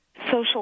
social